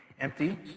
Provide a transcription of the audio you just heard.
empty